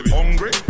Hungry